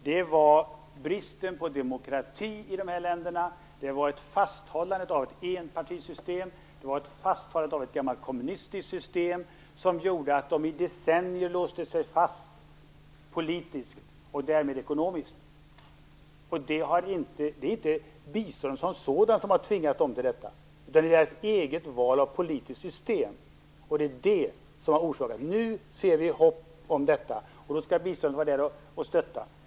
Det var bristen på demokrati i dessa länder, ett fasthållande av ett enpartisystem, ett fasthållande av ett gammalt kommunistiskt system, som gjorde att de i decennier låste sig fast politiskt och därmed ekonomiskt. Det är inte biståndet som sådant som har tvingat dem till detta, utan det är deras eget val av politiskt system. Det är det som är orsaken. Nu ser vi hopp om detta. Då skall vi vara där och stötta med bistånd.